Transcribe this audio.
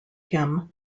him